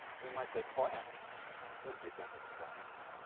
we might say class we did that with class.